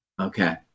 Okay